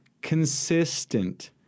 consistent